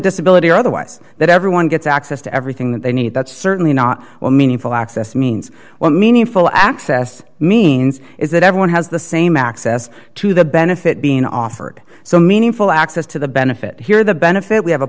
disability or otherwise that everyone gets access to everything that they need that's certainly not well meaningful access means well meaningful access means is that everyone has the same access to the benefit being offered so meaningful access to the benefit here the benefit we have a